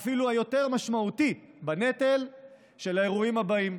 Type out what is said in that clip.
ואפילו יותר משמעותי, בנטל של האירועים הבאים.